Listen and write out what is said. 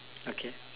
okay